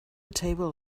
table